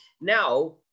Now